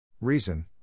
Reason